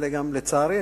לצערי,